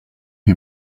who